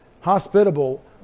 Hospitable